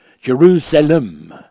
Jerusalem